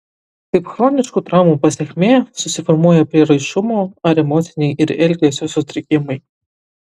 kaip chroniškų traumų pasekmė susiformuoja prieraišumo ar emociniai ir elgesio sutrikimai